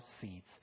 seeds